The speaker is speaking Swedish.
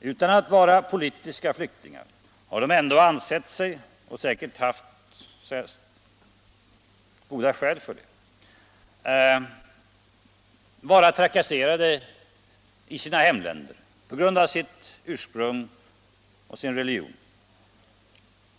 Utan att vara politiska flyktingar har de ändå ansett sig, och säkert också med goda skäl, trakasserade i sina hemländer på grund av sitt ursprung och sin religion.